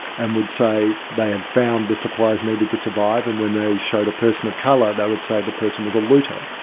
and would say they had found the supplies needed to survive and when they showed a person of colour they would say the person was a looter.